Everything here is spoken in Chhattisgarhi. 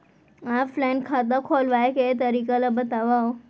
ऑफलाइन खाता खोलवाय के तरीका ल बतावव?